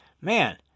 man